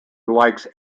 likes